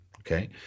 Okay